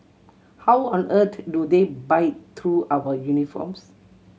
how on earth do they bite through our uniforms